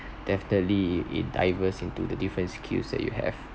definitely it it diverse into the different skill sets you have